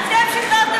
אתם שחררתם מחבלים.